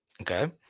Okay